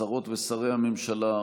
שרות ושרי הממשלה,